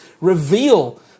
reveal